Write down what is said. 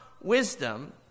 wisdom